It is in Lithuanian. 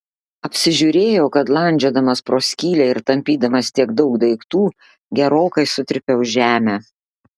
apsižiūrėjau kad landžiodamas pro skylę ir tampydamas tiek daug daiktų gerokai sutrypiau žemę